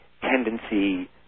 tendency